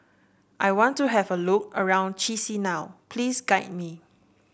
I want to have a look around Chisinau please guide me